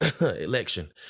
Election